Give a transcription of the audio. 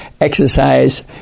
exercise